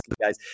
guys